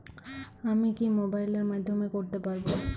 আমি কি মোবাইলের মাধ্যমে করতে পারব?